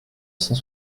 cent